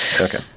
okay